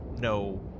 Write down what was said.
no